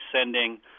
sending